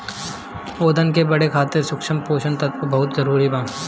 पौधन के बढ़े खातिर सूक्ष्म पोषक तत्व बहुत जरूरी बा